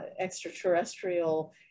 extraterrestrial